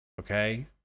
Okay